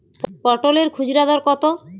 পটলের খুচরা দর কত?